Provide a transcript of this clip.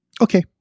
okay